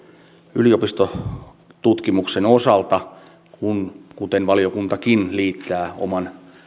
yliopistotutkimuksen osalta valiokuntakin liittää oman